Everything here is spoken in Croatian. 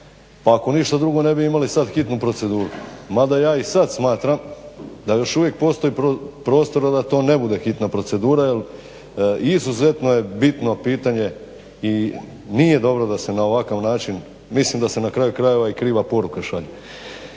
pa ako ništa drugo ne bi imali sad hitnu proceduru. Mada ja i sad smatram da još uvijek postoji prostora da to ne bude hitna procedura jer izuzetno je bitno pitanje i nije dobro da se na ovakav način. Mislim da se na kraju krajeva i kriva poruka šalje.